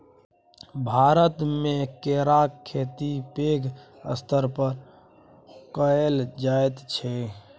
भारतमे केराक खेती पैघ स्तर पर कएल जाइत छै